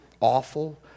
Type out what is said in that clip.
awful